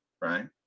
right